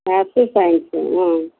maths science